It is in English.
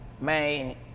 man